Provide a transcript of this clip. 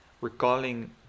recalling